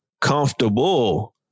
comfortable